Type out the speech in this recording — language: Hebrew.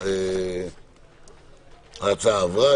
ההצעה עברה.